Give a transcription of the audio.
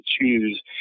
choose